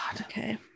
okay